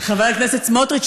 חבר הכנסת סמוטריץ,